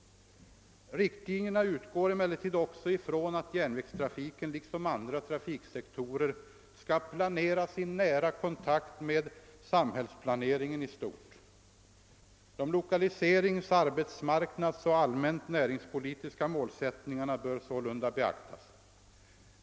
Riktlinjerna uigår emellertid också från att järnvägstrafiken liksom verksamheten inom andra trafiksektorer skall planeras i nära kontakt med samhällsplaneringen i stort. De lokaliseringspolitiska, arbetsmarknadsmässiga och allmänt näringspolitiska målsättningarna bör sålunda beaktas.